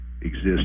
exist